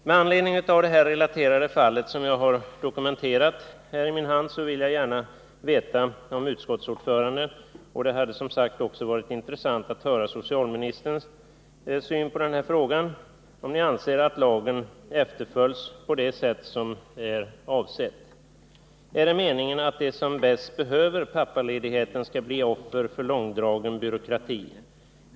Med anledning av det relaterade fallet, som jag har dokumenterat här i min hand, vill jag gärna veta om utskottsordföranden — och det hade som sagt också varit intressant att få höra socialministerns syn på den här frågan — anser att lagen efterföljs på det sätt som är avsett. Är det meningen att de som bäst behöver pappaledigheten skall bli offer för långdragen byråkrati?